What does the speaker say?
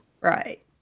Right